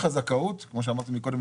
כמו שאמרתי קודם,